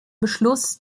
beschluss